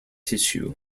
tissue